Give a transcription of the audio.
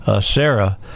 Sarah